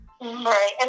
Right